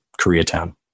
Koreatown